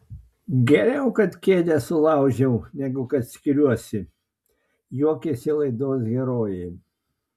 geriau kad kėdę sulaužiau negu kad skiriuosi juokėsi laidos herojė